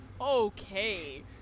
okay